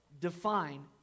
define